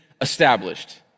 established